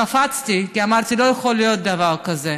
קפצתי, כי אמרתי: לא יכול להיות דבר כזה,